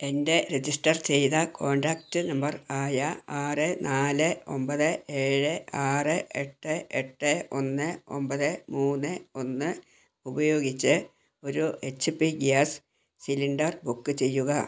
എൻ്റെ രജിസ്റ്റർ ചെയ്ത contact number ആയ ആറ് നാല് ഒമ്പത് ഏഴ് ആറ് എട്ട് എട്ട് ഒന്ന് ഒമ്പത് മൂന്ന് ഒന്ന് ഉപയോഗിച്ച് ഒരു H P gas cylinder book ചെയ്യുക